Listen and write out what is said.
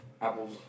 apples